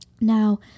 Now